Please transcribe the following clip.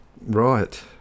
Right